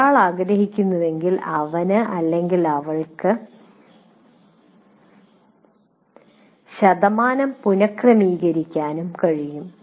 ഒരാൾ ആഗ്രഹിക്കുന്നുവെങ്കിൽ അവന് അവൾക്ക് ശതമാനം പുനക്രമീകരിക്കാനും കഴിയും